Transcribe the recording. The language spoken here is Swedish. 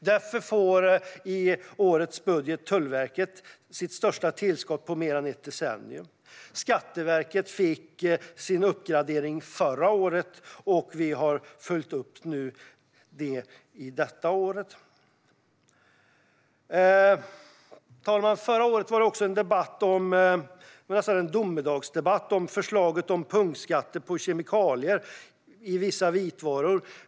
Därför får Tullverket i årets budget sitt största tillskott på mer än ett decennium. Skatteverket fick sin uppgradering förra året, och vi har följt upp den detta år. Fru talman! Förra året var det nästan en domedagsdebatt om förslaget om punktskatter på kemikalier i vissa vitvaror.